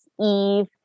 Eve